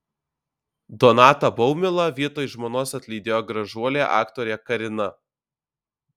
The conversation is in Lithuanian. donatą baumilą vietoj žmonos atlydėjo gražuolė aktorė karina